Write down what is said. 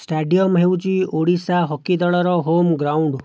stadium ହେଉଛି Odisha hockey ଦଳର home ground